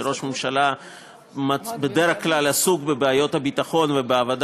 שראש הממשלה בדרך כלל עסוק בבעיות הביטחון ובעבודה